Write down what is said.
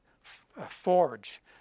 forge